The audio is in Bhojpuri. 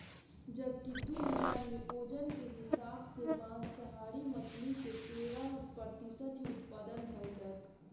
जबकि दू हज़ार में ओजन के हिसाब से मांसाहारी मछली के तेरह प्रतिशत ही उत्तपद भईलख